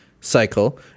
cycle